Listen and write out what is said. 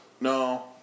No